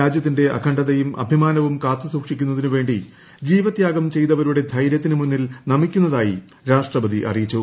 രാജ്യത്തിന്റെ അഖണ്ഡതയും അഭിമാനവും കാത്തുസൂക്ഷിക്കുന്നതിന് വേണ്ടി ജീവത്യാഗം ചെയ്തവരുടെ ധൈര്യത്തിന് മുന്നിൽ നമിക്കുന്നതായി രാഷ്ട്രപതി അറിയിച്ചു